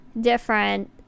different